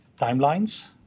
timelines